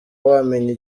wamenya